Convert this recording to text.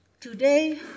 Today